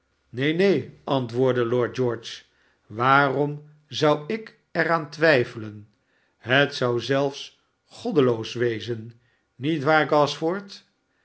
sneen neen antwoordde lord george swaarom zou ik er aan twijfelen het zou zelfs goddeloos wezen niet waar gashford